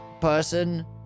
person